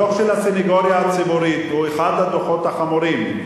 הדוח של הסניגוריה הציבורית הוא אחד הדוחות החמורים,